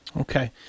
Okay